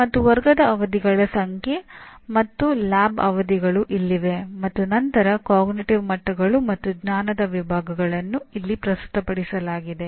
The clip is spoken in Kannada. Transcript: ಮತ್ತು ವರ್ಗದ ಅವಧಿಗಳ ಸಂಖ್ಯೆ ಮತ್ತು ಲ್ಯಾಬ್ ಅವಧಿಗಳು ಇಲ್ಲಿವೆ ಮತ್ತು ನಂತರ ಅರಿವಿನ ಮಟ್ಟಗಳು ಮತ್ತು ಜ್ಞಾನದ ವಿಭಾಗಗಳನ್ನು ಇಲ್ಲಿ ಪ್ರಸ್ತುತಪಡಿಸಲಾಗುತ್ತದೆ